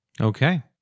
okay